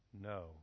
No